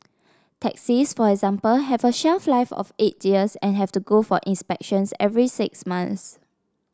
taxis for example have a shelf life of eight years and have to go for inspections every six months